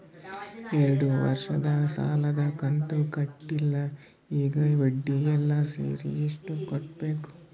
ಎರಡು ವರ್ಷದ ಸಾಲದ ಕಂತು ಕಟ್ಟಿಲ ಈಗ ಬಡ್ಡಿ ಎಲ್ಲಾ ಸೇರಿಸಿ ಎಷ್ಟ ಕಟ್ಟಬೇಕು?